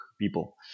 people